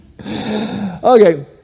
Okay